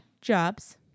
jobs